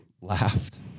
laughed